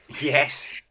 Yes